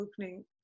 opening